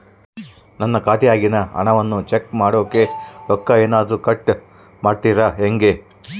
ನನ್ನ ಖಾತೆಯಾಗಿನ ಹಣವನ್ನು ಚೆಕ್ ಮಾಡೋಕೆ ರೊಕ್ಕ ಏನಾದರೂ ಕಟ್ ಮಾಡುತ್ತೇರಾ ಹೆಂಗೆ?